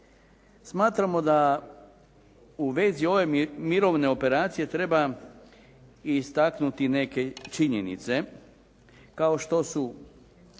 Smatramo da u vezi ove mirovne operacije treba i istaknuti neke činjenice kao što su